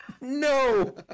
No